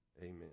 Amen